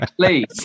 please